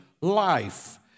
life